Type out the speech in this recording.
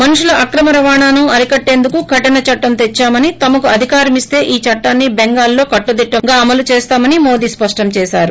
మనుషుల అక్రమ రవాణను అరికట్టేందుకు కఠిన చట్లం తెద్సామని తమకు అధికారమిస్తే ఈ చట్లాన్ని బెంగాల్లో కట్టుదిట్టంగా అమలు చేస్తామని మోదీ స్పష్టం చేశారు